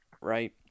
right